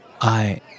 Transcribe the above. I